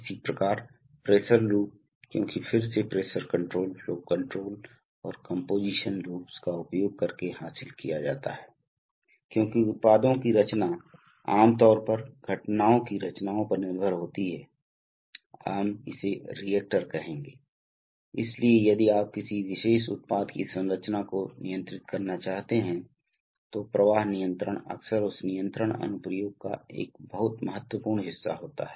इसी प्रकार pressure loop क्योंकि फिर से प्रेशर कंट्रोल फ्लो कंट्रोल और कंपोजिशन लूप्स का उपयोग करके हासिल किया जाता है क्योंकि उत्पादों की रचना आम तौर पर घटकों की रचनाओं पर निर्भर होती है हम इसे रिएक्टर कहेंगे इसलिए यदि आप किसी विशेष उत्पाद की संरचना को नियंत्रित करना चाहते हैं तो प्रवाह नियंत्रण अक्सर उस नियंत्रण अनुप्रयोग का एक बहुत महत्वपूर्ण हिस्सा होता है